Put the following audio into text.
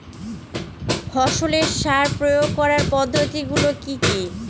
ফসলের সার প্রয়োগ করার পদ্ধতি গুলো কি কি?